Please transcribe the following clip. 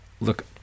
look